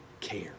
care